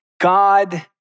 God